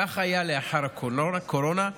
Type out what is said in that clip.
כך היה לאחר הקורונה,